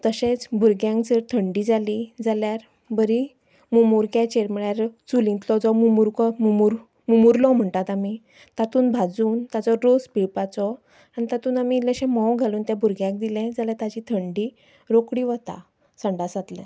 तशेंच भुरग्यांक जर तर थंडी जाली जाल्यार बरी मुमुरक्याचेर म्हळ्यार चुलींतलो जो मुमुरको मुमूर मुमुरलो म्हणटात आमी तातून भाजून ताजो रोस पिळपाचो आनी तातून आमी इल्लेशें म्होंव घालून त्या भुरग्याक दिलें जाल्यार ताजी थंडी रोकडी वता संडासांतल्यान